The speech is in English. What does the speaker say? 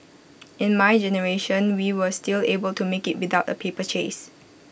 in my generation we were still able to make IT without A paper chase